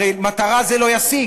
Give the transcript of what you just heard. הרי את המטרה זה לא ישיג.